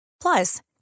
Plus